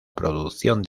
producción